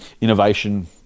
innovation